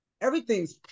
everything's